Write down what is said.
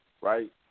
right